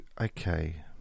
okay